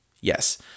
Yes